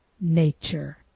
nature